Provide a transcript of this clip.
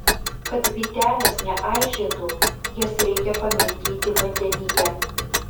kad vytelės neaižėtų jas reikia pamirkyti vandenyje